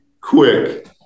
quick